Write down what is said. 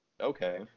Okay